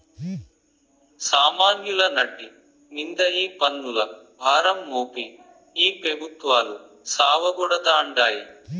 సామాన్యుల నడ్డి మింద ఈ పన్నుల భారం మోపి ఈ పెబుత్వాలు సావగొడతాండాయి